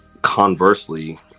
Conversely